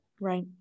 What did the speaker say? Right